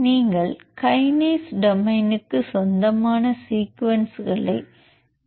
நீங்கள் கினேஸ் டொமைனுக்கு சொந்தமான சீக்வென்ஸ்களை தேடுகிறீர்கள்